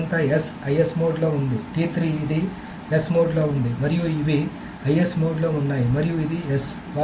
ఇదంతా S IS మోడ్లో ఉంది ఇది S మోడ్లో ఉంది మరియు ఇవి IS మోడ్లో ఉన్నాయి మరియు ఇది S